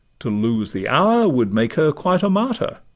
to lose the hour would make her quite a martyr,